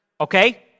okay